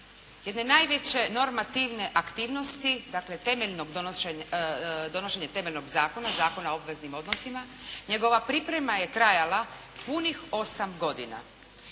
jedne najveće normativne aktivnosti, dakle, temeljnog donošenja, donošenja temeljnog Zakona, Zakona o obveznim odnosima. Njegova priprema je trajala punih 8 godina.